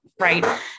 Right